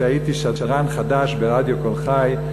כשהייתי שדרן חדש ברדיו "קול חי",